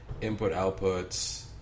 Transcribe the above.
input-outputs